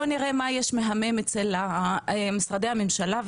בוא נראה מה יש מהמם אצל משרדי הממשלה,